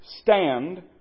stand